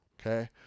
okay